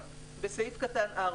בסעיף קטן (4),